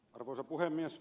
arvoisa puhemies